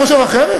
אתה חושב אחרת?